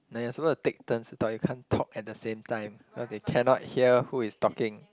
no you are suppose to take turns to talk you can't talk at the same time if not they cannot hear who is talking